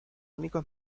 únicos